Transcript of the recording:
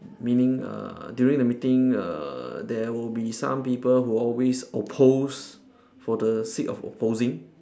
meaning uh during a meeting err there will be some people who always oppose for the sake of opposing